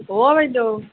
অ বাইদেউ